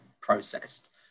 processed